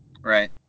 Right